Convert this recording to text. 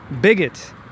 bigot